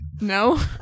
No